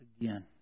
again